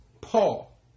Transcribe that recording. Paul